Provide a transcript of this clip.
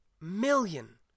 Million